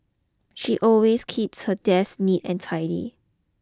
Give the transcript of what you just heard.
she always keeps her desk neat and tidy